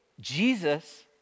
Jesus